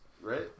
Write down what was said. right